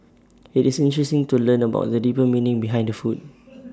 IT is interesting to learn about the deeper meaning behind the food